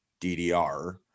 DDR